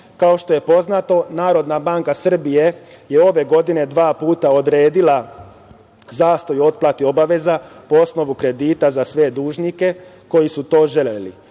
što je poznato Narodna banka Srbije je ove godine dva puta odredila zastoj u otplati obaveza po osnovu kredita za sve dužnike koji su to želeli.